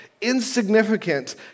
insignificant